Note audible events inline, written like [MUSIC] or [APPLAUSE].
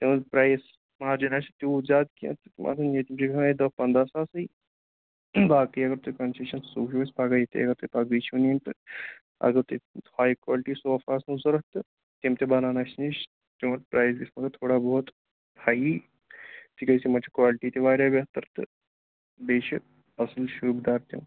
تِہُنٛد price margin نہ حظ چھِ تیوٗت زیادٕ کیٚنہہ تہِ تِم آسان [UNINTELLIGIBLE] داہ پَنٛداہ ساسٕے باقٕے اگر تُہۍ کَنسیشَن سُہ وٕچھو أسۍ پگاہ ییٚتی اگر تُہۍ پَگہٕے چھُو نِنۍ تہٕ اگر تُہۍ ہاے کالٹی صوفہٕ آسنو ضوٚرَتھ تہٕ تِم تہِ بَنَن اَسہِ نِش تِہُنٛد پرٛایِز گژھِ مگر تھوڑا بہت ہایی تِکیٛازِ تِمَن چھِ کالٹی تہِ واریاہ بہتر تہٕ بیٚیہِ چھِ اَصٕل شوٗبہِ دار تِم